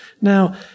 Now